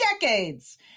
decades